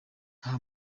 nta